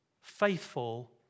faithful